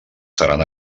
seran